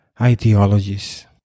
ideologies